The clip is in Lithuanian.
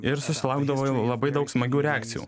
ir susilaukdavau labai daug smagių reakcijų